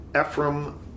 Ephraim